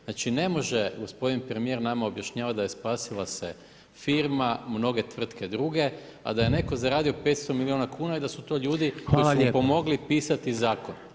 Znači ne može gospodin premjer nama objašnjavati da bi spasila se firma, mnoge tvrtke druge, a da je netko zaradio 500 milijuna kn, da su to ljudi koji su pomogli pisati zakon.